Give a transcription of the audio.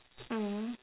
mm